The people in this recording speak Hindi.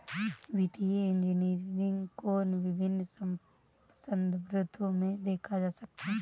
वित्तीय इंजीनियरिंग को विभिन्न संदर्भों में देखा जा सकता है